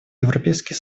европейский